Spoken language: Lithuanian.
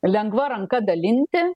lengva ranka dalinti